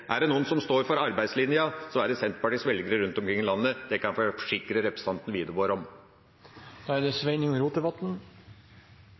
Er det noen som står for arbeidslinja, så er det Senterpartiets velgere rundt omkring i landet. Det kan jeg forsikre representanten Wiborg om. Representanten Lundteigen er